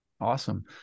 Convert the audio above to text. Awesome